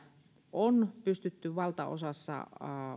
on pystytty